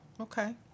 okay